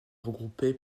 regrouper